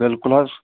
بِلکُل حظ